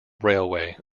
railway